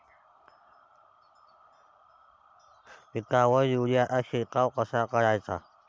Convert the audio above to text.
पिकावर युरीया चा शिडकाव कसा कराचा?